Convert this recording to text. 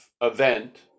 event